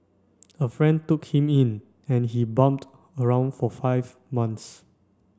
a friend took him in and he bummed around for five months